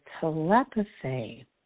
telepathy